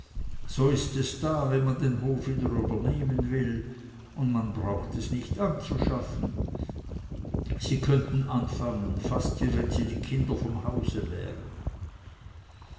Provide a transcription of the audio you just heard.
so ist es da wenn man den hof wieder übernehmen will und man braucht es nicht anzuschaffen sie könnten anfangen fast wie wenn sie die kinder vom hause wären